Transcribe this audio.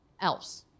else